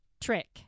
trick